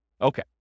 Okay